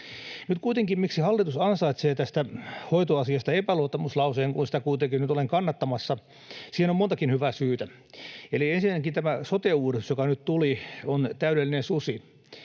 kuitenkin ansaitsee tästä hoitoasiasta epäluottamuslauseen, kun sitä olen nyt kannattamassa, on montakin hyvää syytä: Ensinnäkin tämä sote-uudistus, joka nyt tuli, on täydellinen susi.